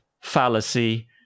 fallacy